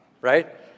right